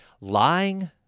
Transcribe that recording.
Lying